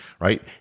right